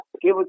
Give